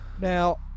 Now